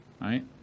right